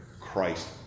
Christ